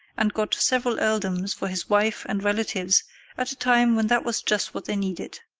and got several earldoms for his wife and relatives at a time when that was just what they needed.